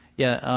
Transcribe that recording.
yeah.